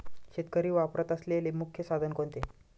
शेतकरी वापरत असलेले मुख्य साधन कोणते?